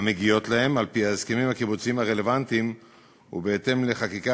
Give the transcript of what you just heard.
המגיעות להם על-פי ההסכמים הקיבוציים הרלוונטיים ובהתאם לחקיקה